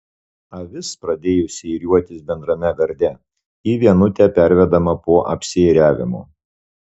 avis pradėjusi ėriuotis bendrame garde į vienutę pervedama po apsiėriavimo